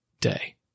day